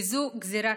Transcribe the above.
וזו גזרה קשה.